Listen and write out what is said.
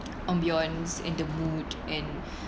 ambience in the mood and